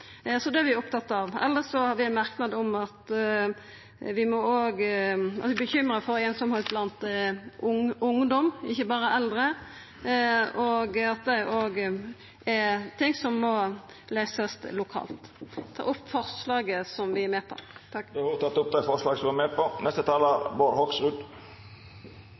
Det er vi opptatt av. Elles har vi ein merknad om at vi er bekymra for einsemd blant ungdom, ikkje berre eldre, og at det òg er noko som må løysast lokalt. Over 80 000 eldre mennesker er ensomme, så jeg i et oppslag for en tid tilbake. Det er